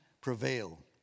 prevail